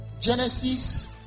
Genesis